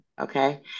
Okay